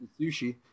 Sushi